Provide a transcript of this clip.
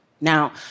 Now